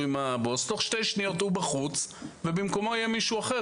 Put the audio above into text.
עם הבוס אז תוך שתי שניות הוא בחוץ ובמקומו יהיה מישהו אחר.